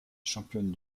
championne